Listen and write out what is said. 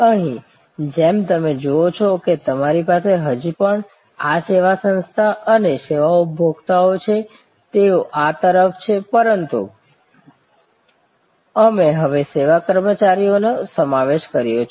અહીં જેમ તમે જુઓ છો કે તમારી પાસે હજી પણ આ સેવા સંસ્થા અને સેવા ઉપભોક્તા છે તેઓ આ તરફ છે પરંતુ અમે હવે સેવા કર્મચારીઓનો સમાવેશ કર્યો છે